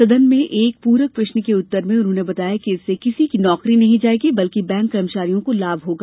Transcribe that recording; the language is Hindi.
सदन में एक पूरक प्रश्न के उत्तर में उन्होंने बताया कि इससे किसी की नौकरी नहीं जायेगी बल्कि बैंक कर्मचारियों को लाभ होगा